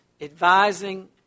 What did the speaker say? advising